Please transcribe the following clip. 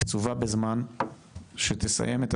קצובה בזמן שתסיים את